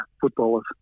footballers